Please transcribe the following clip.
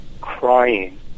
crying